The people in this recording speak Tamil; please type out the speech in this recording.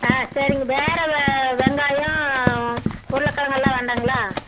ஆ சரிங்க வேறு வெ வெங்காயம் உருளைகிழங்கெல்லாம் வேண்டாம்ங்களா